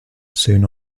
soon